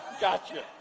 Gotcha